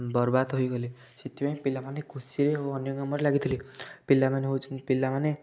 ବର୍ବାଦ ହୋଇଗଲେ ସେଥିପାଇଁ ପିଲାମାନେ ଖୁସିରେ ଓ ଅନ୍ୟ କାମରେ ଲାଗିଥିଲେ ପିଲାମାନେ ହଉଛନ୍ ପିଲାମାନେ